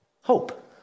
hope